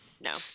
No